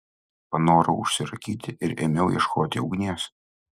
panorau užsirūkyti ir ėmiau ieškoti ugnies